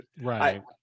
Right